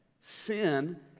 sin